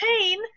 pain